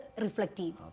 reflective